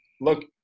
look